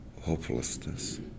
hopelessness